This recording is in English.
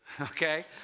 okay